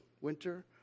winter